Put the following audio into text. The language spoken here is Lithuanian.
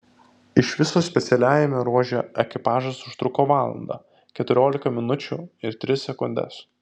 iš viso specialiajame ruože ekipažas užtruko valandą keturiolika minučių ir tris sekundes